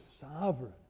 sovereign